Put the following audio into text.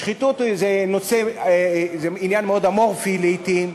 שחיתות זה עניין מאוד אמורפי לעתים,